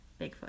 Bigfoot